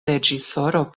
reĝisoro